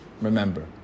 Remember